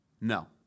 No